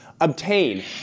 obtain